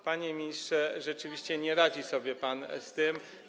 Panie ministrze, rzeczywiście nie radzi sobie pan z tym.